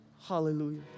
Hallelujah